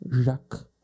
Jacques